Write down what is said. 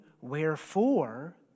wherefore